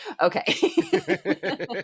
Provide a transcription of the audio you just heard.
okay